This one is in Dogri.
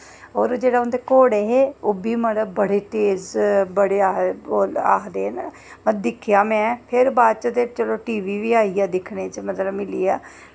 ते ओह् जेह्ड़े उं'दे घोड़े हे ओह् बी मतलब बड़े तेज बड़े आखदे न दिक्खेआ में ते फिर बाद च चलो टी वी बी आइया दिक्खने च मतलब मिलिया